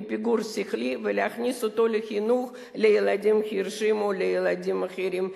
ילד עם פיגור שכלי ולהכניס אותו לחינוך לילדים חירשים או לילדים אחרים.